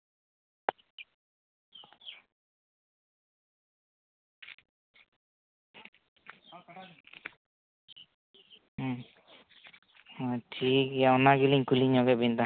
ᱴᱷᱤᱠᱜᱮᱭᱟ ᱚᱱᱟ ᱜᱮᱞᱤᱧ ᱠᱩᱞᱤ ᱧᱚᱜᱮᱫ ᱵᱤᱱ ᱛᱟᱦᱮᱸᱫ